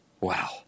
Wow